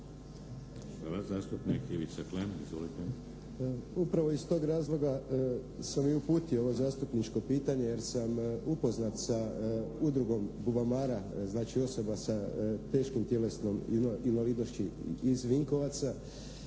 Upravo iz tog razloga sam i uputio ovo zastupničko pitanje jer sam upoznat sa Udrugom "Bubamara", znači osoba sa teškom tjelesnom invalidnošću iz Vinkovaca